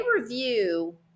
review